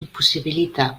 impossibilita